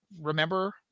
remember